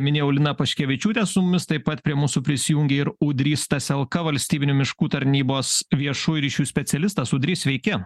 minėjau liną paškevičiūtę su mumis taip pat prie mūsų prisijungė ir ūdrys staselka valstybinių miškų tarnybos viešųjų ryšių specialistas ūdry sveiki